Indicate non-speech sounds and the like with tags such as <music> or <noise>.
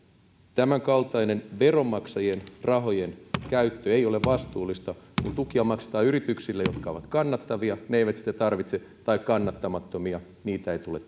tämänkaltainen veronmaksajien rahojen käyttö ei ole vastuullista kun tukia maksetaan yrityksille jotka ovat kannattavia ne eivät niitä tarvitse jos ne ovat kannattamattomia niitä ei tule <unintelligible>